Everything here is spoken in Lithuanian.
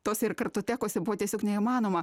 tose ir kartotekose buvo tiesiog neįmanoma